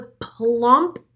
plump